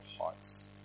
hearts